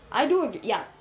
I do ya